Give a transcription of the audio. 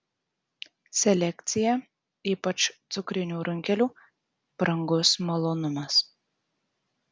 selekcija ypač cukrinių runkelių brangus malonumas